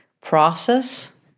process